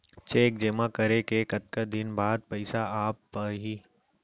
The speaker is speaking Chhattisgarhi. चेक जेमा करे के कतका दिन बाद पइसा आप ही?